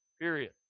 period